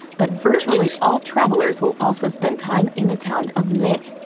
but virtually all travelers will also spend time in the town of leh.